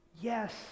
Yes